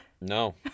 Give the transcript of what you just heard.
No